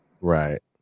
Right